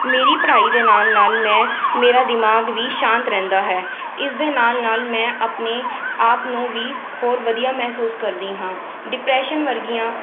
ਮੇਰੀ ਪੜ੍ਹਾਈ ਦੇ ਨਾਲ ਨਾਲ ਮੈਂ ਮੇਰਾ ਦਿਮਾਗ਼ ਵੀ ਸ਼ਾਂਤ ਰਹਿੰਦਾ ਹੈ ਇਸ ਦੇ ਨਾਲ ਨਾਲ ਮੈਂ ਆਪਣੇ ਆਪ ਨੂੰ ਵੀ ਹੋਰ ਵਧੀਆ ਮਹਿਸੂਸ ਕਰਦੀ ਹਾਂ ਡਿਪਰੈਸ਼ਨ ਵਰਗੀਆਂ